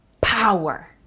power